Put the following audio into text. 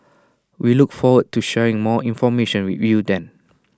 we look forward to sharing more information with you then